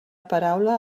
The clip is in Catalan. paraula